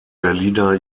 berliner